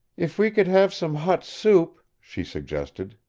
if we could have some hot soup, she suggested.